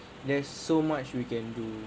there's so much we can do